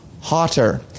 hotter